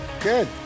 Good